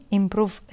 improve